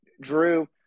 Drew